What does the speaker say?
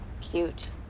Cute